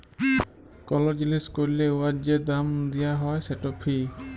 call জিলিস ক্যরলে উয়ার যে দাম দিয়া হ্যয় সেট ফি